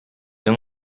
than